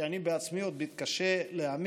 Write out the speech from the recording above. שאני בעצמי עוד מתקשה להאמין,